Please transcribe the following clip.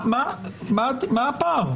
מה הפער?